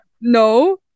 No